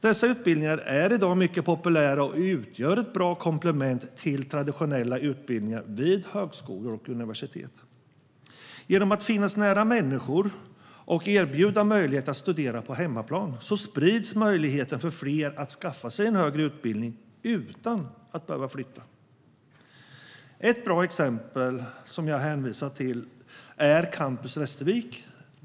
Dessa utbildningar är i dag mycket populära och utgör ett bra komplement till traditionella utbildningar vid högskolor och universitet. Genom att finnas nära människor och erbjuda möjlighet att studera på hemmaplan sprids möjligheten för fler att skaffa sig en högre utbildning utan att behöva flytta. Ett bra exempel som jag hänvisar till är Campus Västervik.